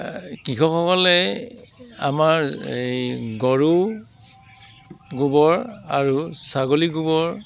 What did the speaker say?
কৃষকসকলে আমাৰ এই গৰু গোবৰ আৰু ছাগলী গোবৰ